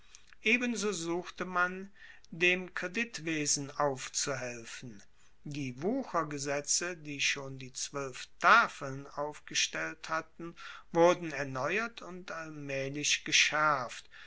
ebenso suchte man dem kreditwesen aufzuhelfen die wuchergesetze die schon die zwoelf tafeln aufgestellt hatten wurden erneuert und allmaehlich geschaerft